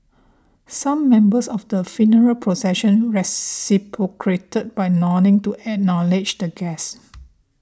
some members of the funeral procession by nodding to acknowledge the guests